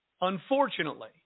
Unfortunately